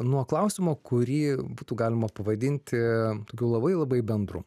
nuo klausimo kurį būtų galima pavadinti tokiu labai labai bendru